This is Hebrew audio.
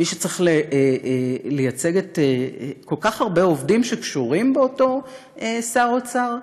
מי שצריך לייצג כל כך הרבה עובדים שקשורים לאותו שר אוצר?